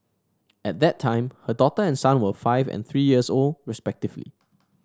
at that time her daughter and son were five and three years old respectively